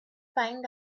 find